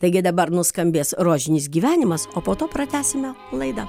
taigi dabar nuskambės rožinis gyvenimas o po to pratęsime laidą